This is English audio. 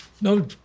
no